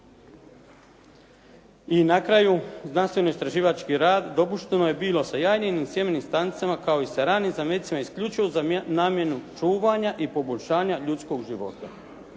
I na kraju znanstveno istraživački rad. "Dopušteno je bilo sa jajnim ili sjemenim stanicama kao i sa ranim zamecima isključivo za namjenu čuvanja i poboljšanja ljudskog života.»